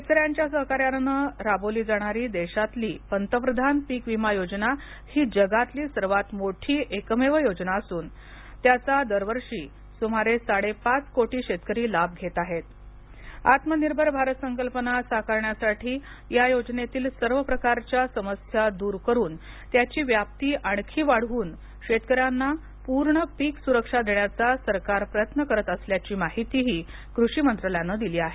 शेतकऱ्यांच्या सहकार्याने राबवली जाणारी देशातील पंतप्रधान पीक विमा योजना ही जगातील सर्वात मोठी एकमेव योजना असून त्याचा दरवर्षी सुमारे साडेपाच कोटी शेतकरी लाभ घेत आहेत आत्मनिर्भर भारत संकल्पना साकारण्यासाठी या योजनेतील सर्व प्रकारच्या समस्या दूर करून त्याची व्याप्ती आणखी वाढवून शेतकऱ्यांना पूर्ण पीक सुरक्षा देण्याचा सरकार प्रयत्न करत असल्याची माहितीही कृषी मंत्रालयाने दिली आहे